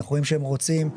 אנחנו רואים שהם רוצים.